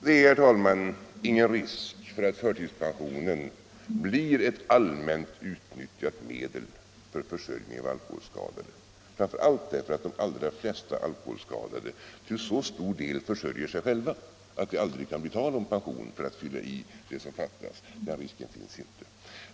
Det är, herr talman, ingen risk att förtidspensionen blir ett allmänt utnyttjat medel för försörjning av alkoholskadade, framför allt därför 105 att de allra flesta alkoholskadade till så stor del försörjer sig själva, att det aldrig kan bli tal om pension för att fylla ut det som fattas.